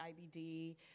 IBD